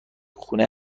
خونه